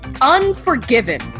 Unforgiven